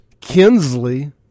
Kinsley